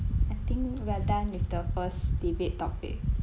I think we are done with the first debate topic